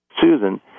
Susan